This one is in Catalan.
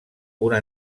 una